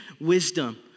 wisdom